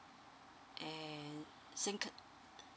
and sengkang